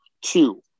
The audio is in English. two